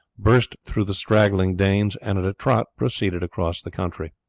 burst through the straggling danes, and at a trot proceeded across the country.